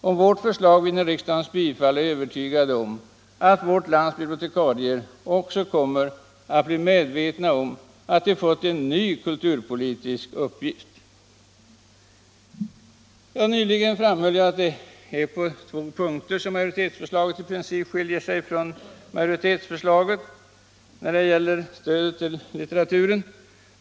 Om vårt förslag vinner riksdagens bifall, är jag övertygad om att vårt lands bibliotekarier också kommer att bli medvetna om att de fått en ny kulturpolitisk uppgift. Nyss framhöll jag att det är på två punkter som majoritetsförslaget i princip skiljer sig från minoritetsförslaget när det gäller stödet till litteraturen.